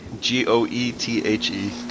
G-O-E-T-H-E